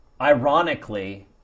Ironically